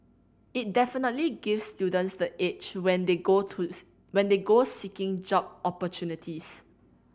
it definitely gives students the edge when they go to when they go seeking job opportunities